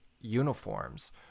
uniforms